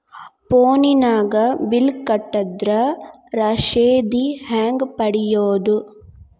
ಫೋನಿನಾಗ ಬಿಲ್ ಕಟ್ಟದ್ರ ರಶೇದಿ ಹೆಂಗ್ ಪಡೆಯೋದು?